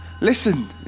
Listen